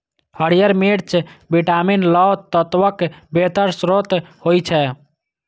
हरियर मिर्च विटामिन, लौह तत्वक बेहतर स्रोत होइ छै